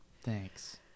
Thanks